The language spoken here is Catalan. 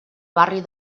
barri